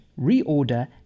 reorder